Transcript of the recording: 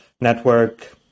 network